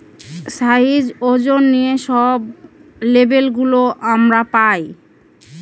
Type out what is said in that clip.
size, ওজন নিয়ে সব লেবেল গুলো আমরা পায়